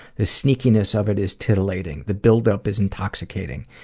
the sneakiness of it is titillating. the build-up is intoxicating.